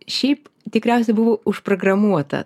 šiaip tikriausiai buvau užprogramuota